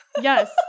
Yes